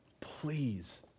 please